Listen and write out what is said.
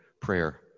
prayer